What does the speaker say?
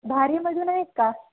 भारीमधून आहेत का